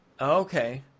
Okay